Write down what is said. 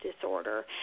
disorder